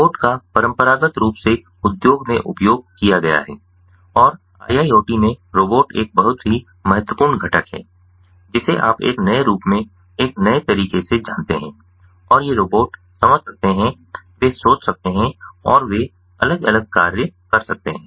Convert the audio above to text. robot का परंपरागत रूप से उद्योग में उपयोग किया गया है और IIoT में रोबोट एक बहुत ही महत्वपूर्ण घटक है जिसे आप एक नए रूप में एक नए तरीके से जानते हैं और ये रोबोट समझ सकते हैं वे सोच सकते हैं और वे अलग अलग कार्य कर सकते हैं